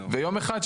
ויום אחד,